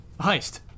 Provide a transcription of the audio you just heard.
Heist